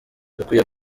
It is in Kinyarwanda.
dukwiye